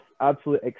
absolute